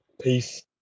Peace